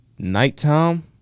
Nighttime